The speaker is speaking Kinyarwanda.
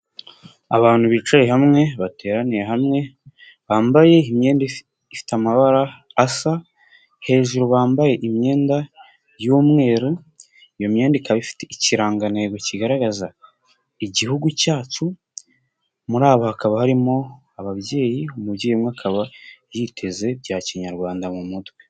Abantu bicaye hamwe, bateraniye hamwe, bambaye imyenda ifite amabara asa, hejuru bambaye imyenda y'umweru, iyo myenda ikaba ifite ikirangantego kigaragaza Igihugu cyacu, muri aba hakaba harimo ababyeyi, umubyeyi umwe akaba yiteze bya kinyarwanda mu mutwe.